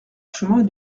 chemin